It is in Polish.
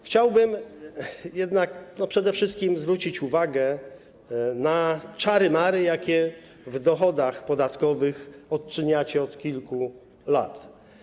Chciałbym jednak przede wszystkim zwrócić uwagę na czary-mary, jakie w dochodach podatkowych odprawiacie od kilku lat.